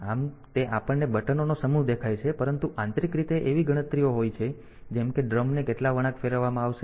આમ તે આપણને બટનો નો સમૂહ દેખાય છે પરંતુ આંતરિક રીતે એવી ગણતરીઓ હોય છે જેમ કે ડ્રમ ને કેટલા વળાંક ફેરવવામાં આવશે